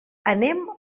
anem